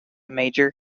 major